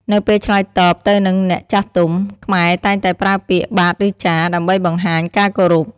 នៅពេលឆ្លើយតបទៅនឹងអ្នកចាស់ទុំ ខ្មែរតែងតែប្រើពាក្យ បាទឬចាស៎ ដើម្បីបង្ហាញការគោរព។